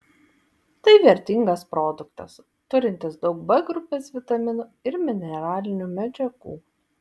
tai vertingas produktas turintis daug b grupės vitaminų ir mineralinių medžiagų